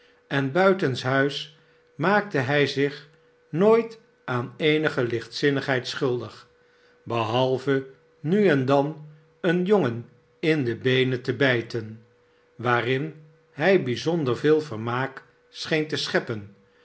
en buitenshuis maakte hij zich nooit aan eenige lichtzinnigheid schuldig behalve nu en dan een jongen in de beenen te bijten waarin hij bijzonder veel vermaak scheen tescheppen